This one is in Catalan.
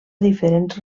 diferents